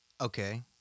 Okay